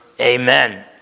Amen